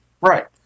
Right